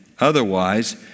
Otherwise